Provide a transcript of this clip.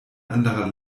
anderer